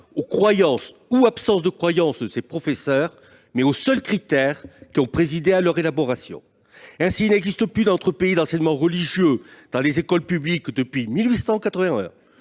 aux croyances ou absences de croyances de ces professeurs, mais aux seuls critères qui ont présidé à leur élaboration. Ainsi, il n'existe plus d'enseignement religieux dans les écoles publiques de notre